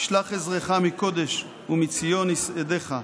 ישלח עזרך מקֺדש ומציון יסעדך.